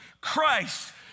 Christ